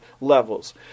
levels